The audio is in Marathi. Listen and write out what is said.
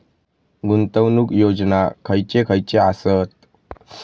गुंतवणूक योजना खयचे खयचे आसत?